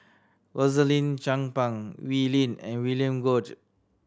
Rosaline Chan Pang Wee Lin and William Goode